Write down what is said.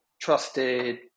trusted